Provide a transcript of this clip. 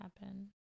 happen